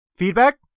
feedback